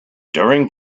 during